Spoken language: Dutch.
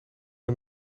een